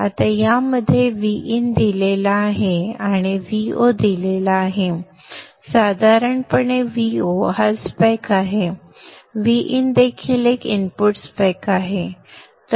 आता यामध्ये Vin दिलेला आहे आणि Vo दिलेला आहे साधारणपणे Vo हा स्पेक आहे Vin देखील एक इनपुट स्पेक आहे